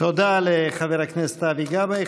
תודה לחבר הכנסת אבי גבאי.